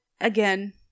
again